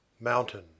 Mountain